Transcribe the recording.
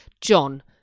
John